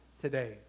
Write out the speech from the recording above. today